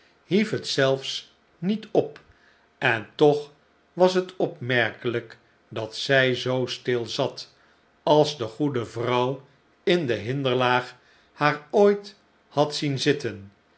hief het zelfs niet op en toch was het opmerkelijk dat zij zoo stil zat als de goede vrouw in de hinderlaag haar ooit had zien zitten